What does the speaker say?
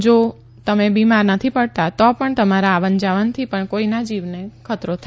જો તમે બીમાર નથી પડતા તો પણ તમારા આવન જાવનથી પણ કોઈના જીવને ખતરો થઈ શકે છે